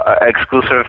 exclusive